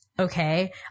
Okay